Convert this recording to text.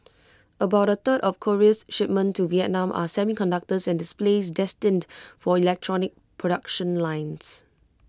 about A third of Korea's shipments to Vietnam are semiconductors and displays destined for electronics production lines